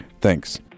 Thanks